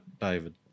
David